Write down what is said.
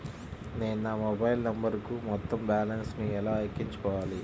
నేను నా మొబైల్ నంబరుకు మొత్తం బాలన్స్ ను ఎలా ఎక్కించుకోవాలి?